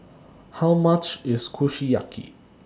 How much IS Kushiyaki